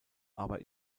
aber